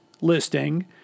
listing